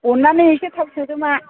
अन्नानै इसे थाब सोदो मा